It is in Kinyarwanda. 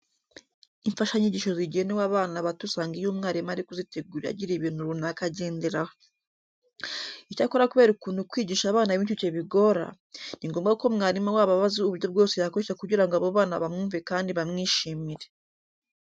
Imfashanyigisho zigenewe abana bato usanga iyo umwarimu ari kuzitegura agira ibintu runaka agenderaho. Icyakora kubera ukuntu kwigisha abana b'incuke bigora, ni ngombwa ko mwarimu wabo aba azi uburyo bwose yakoresha kugira ngo abo bana bamwumve kandi bamwishimire.